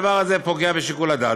הדבר הזה פוגע בשיקול הדעת.